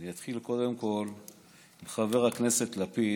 אני אתחיל קודם כול עם חבר הכנסת לפיד.